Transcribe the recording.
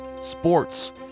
sports